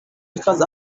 because